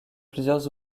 plusieurs